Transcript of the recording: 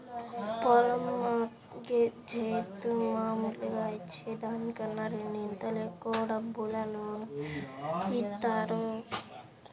పొలం mortgage జేత్తే మాములుగా ఇచ్చే దానికన్నా రెండింతలు ఎక్కువ డబ్బులు లోను ఇత్తారు